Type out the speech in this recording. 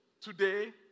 today